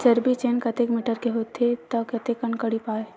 जरीब चेन कतेक मीटर के होथे व कतेक कडी पाए जाथे?